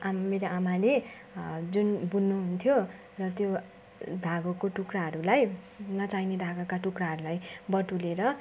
आमा मेरो आमाले जुन बुन्नुहुन्थ्यो र त्यो धागोको टुक्राहरूलाई नचाहिने धागाका टुक्राहरूलाई बटुलेर